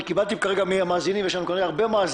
אני קיבלתי כרגע מהמאזינים מאוד פופולרי.